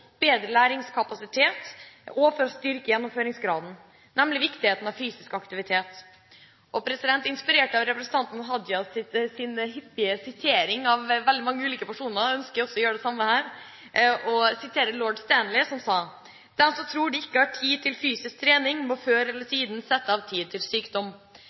bedre læringskapasitet og for å styrke gjennomføringsgraden, nemlig viktigheten av fysisk aktivitet. Inspirert av representanten Hadia Tajiks hyppige sitering fra veldig mange ulike personer, ønsker jeg også å gjøre det samme her. Jeg siterer Lord Stanley som sa: «De som tror de ikke har tid til fysisk trening, må før eller siden sette av tid til sykdom.»